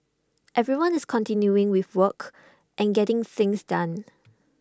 everyone's continuing with work and getting things done